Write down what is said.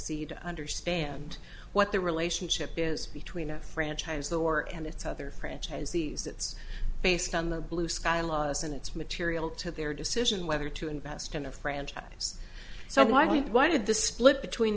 franchisee to understand what the relationship is between a franchise the war and its other franchisees it's based on the blue sky laws and it's material to their decision whether to invest in a franchise so why why did the split between